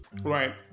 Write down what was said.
right